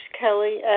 Kelly